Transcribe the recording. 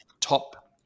top